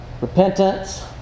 Repentance